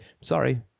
sorry